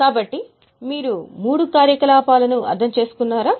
కాబట్టి మీరు మూడు కార్యకలాపాలను అర్థం చేసుకున్నారా